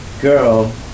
Girl